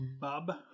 Bob